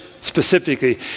specifically